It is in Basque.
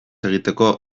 egiteko